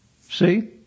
See